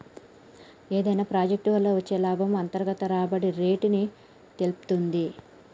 ఏదైనా ప్రాజెక్ట్ వల్ల వచ్చే లాభము అంతర్గత రాబడి రేటుని సేప్తుంది